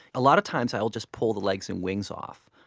a lot of times i will just pull the legs and wings off,